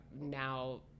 now